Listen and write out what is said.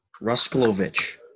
Rusklovich